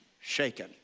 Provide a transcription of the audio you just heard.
shaken